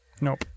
Nope